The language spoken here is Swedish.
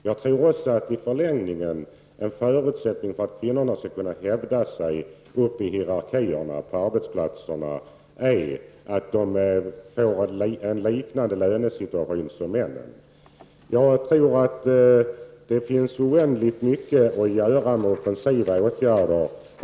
Jag tror att en förutsättning för att kvinnorna skall kunna hävda sig i hierarkierna på arbetsplatserna är att de får en lönesättning som liknar männens. Jag tror att det finns oändligt mycket att göra när det gäller offensiva åtgärder.